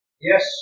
Yes